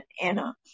Anna